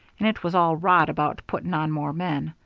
and it was all rot about putting on more men.